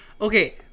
Okay